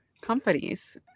companies